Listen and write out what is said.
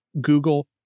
Google